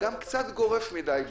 גם קצת גורף מדיי.